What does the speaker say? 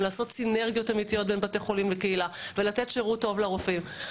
לעשות סינרגיות אמיתיות בין בתי החולים לקהילה ולתת שירות טוב לחולים.